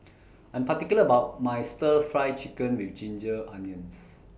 I'm particular about My Stir Fry Chicken with Ginger Onions